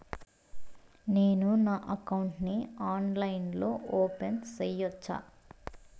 నేను నా అకౌంట్ ని ఆన్లైన్ లో ఓపెన్ సేయొచ్చా?